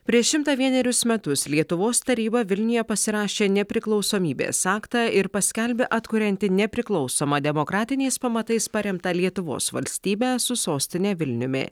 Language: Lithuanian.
prieš šimtą vienerius metus lietuvos taryba vilniuje pasirašė nepriklausomybės aktą ir paskelbė atkurianti nepriklausomą demokratiniais pamatais paremtą lietuvos valstybę su sostine vilniumi